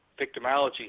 victimology